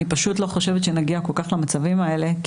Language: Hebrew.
אני לא חושבת שנגיע כל כך למצבים האלה,